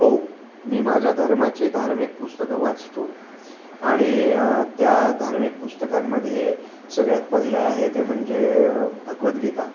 हो मी माझ्या धर्माची धार्मिक पुस्तकं वाचतो आणि त्या धार्मिक पुस्तकांमध्ये सगळ्यात पहिलं आहे ते म्हणजे भगवद्गीता